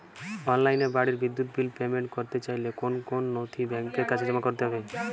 অনলাইনে বাড়ির বিদ্যুৎ বিল পেমেন্ট করতে চাইলে কোন কোন নথি ব্যাংকের কাছে জমা করতে হবে?